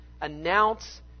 announce